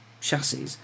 chassis